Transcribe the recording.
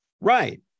Right